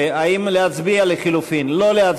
סיעת מרצ וקבוצת סיעת הרשימה המשותפת לסעיף 2 לא נתקבלה.